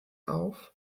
auf